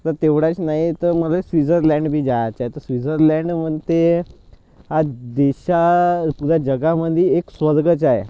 तर तेवढंच नाही तर मले स्विझरलँड बी जायचं आहे तर स्विझरलँड मनते हा देशा पुऱ्या जगामध्ये एक स्वर्गच आहे